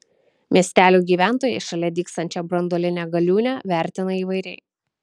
miestelio gyventojai šalia dygstančią branduolinę galiūnę vertina įvairiai